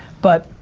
but,